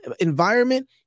environment